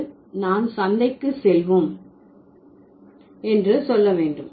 அது நான் சந்தைக்கு செல்வோம் என்று சொல்ல வேண்டும்